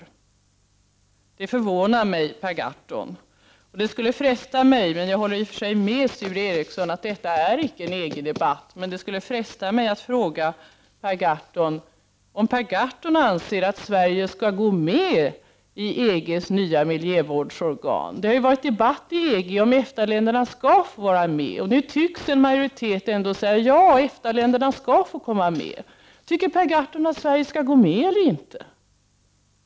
Det förvånar mig, Per Gahrton. Jag håller i och för sig med Sture Ericson om att detta inte är en EG-debatt, men jag känner mig frestad att fråga Per Gahrton om han anser att Sverige skall gå med i EG:s nya miljövårdsorgan. Det har ju varit debatt i EG om EFTA-länderna skall få vara med, och nu tycks en majoritet ändå säga ja till att EFTA-länderna skall få komma med. Tycker Per Gahrton att Sverige skall gå med eller inte?